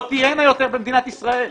לא תהיינה יותר במדינת ישראל.